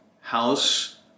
house